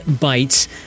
Bites